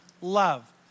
love